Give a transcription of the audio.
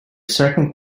second